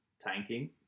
tanking